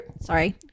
Sorry